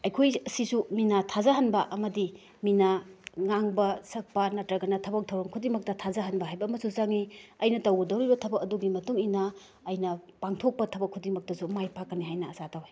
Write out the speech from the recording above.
ꯑꯩꯈꯣꯏꯁꯤꯁꯨ ꯃꯤꯅ ꯊꯥꯖꯍꯟꯕ ꯑꯃꯗꯤ ꯃꯤꯅ ꯉꯥꯡꯕ ꯁꯛꯄ ꯅꯠꯇ꯭ꯔꯒꯅ ꯊꯕꯛ ꯊꯧꯔꯝ ꯈꯨꯗꯤꯡꯃꯛꯇ ꯊꯥꯖꯍꯟꯕ ꯍꯥꯏꯕ ꯑꯃꯁꯨ ꯆꯪꯉꯤ ꯑꯩꯅ ꯇꯧꯒꯗꯧꯔꯤꯕ ꯊꯕꯛ ꯑꯗꯨꯒꯤ ꯃꯇꯨꯡ ꯏꯟꯅ ꯑꯩꯅ ꯄꯥꯡꯊꯣꯛꯄ ꯊꯕꯛ ꯈꯨꯗꯤꯡꯃꯛꯇꯁꯨ ꯃꯥꯏ ꯄꯥꯛꯀꯅꯤ ꯍꯥꯏꯅ ꯑꯁꯥ ꯇꯧꯏ